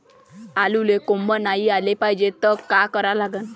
आलूले कोंब नाई याले पायजे त का करा लागन?